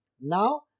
Now